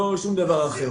ולא שום דבר אחר.